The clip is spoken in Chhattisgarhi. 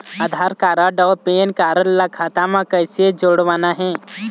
आधार कारड अऊ पेन कारड ला खाता म कइसे जोड़वाना हे?